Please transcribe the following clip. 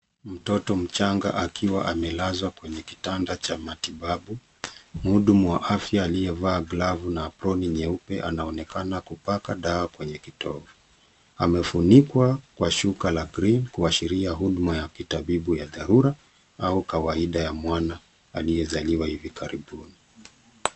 Mtoto mchanga akiwa amelazwa kwenye kitanda cha matibabu. Mhudumu wa afya aliyevaa glavu na aproni nyeupe anaonekana kupaka dawa kwenye kitovu. Amefunikwa kwa shuka la green kuashiria huduma ya kitabibu ya dharura au kawaida ya mwana aliyezaliwa hivi karibuni.